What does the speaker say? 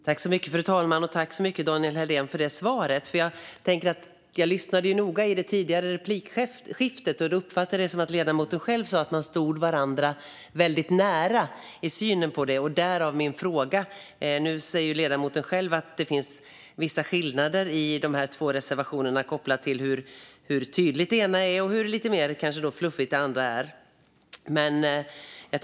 Fru talman! Tack så mycket, Daniel Helldén, för det svaret! Jag lyssnade noga på det tidigare replikskiftet, och då uppfattade jag att ledamoten själv sa att man stod varandra väldigt nära i synen på detta - därav min fråga. Nu säger ledamoten att det finns vissa skillnader i dessa två reservationer kopplat till hur tydlig den ena är och hur lite mer fluffig den andra kanske är.